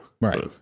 Right